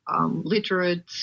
literate